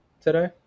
today